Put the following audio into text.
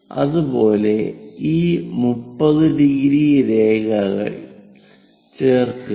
അതുപോലെ ഈ 30° രേഖയിൽ ചേർക്കുക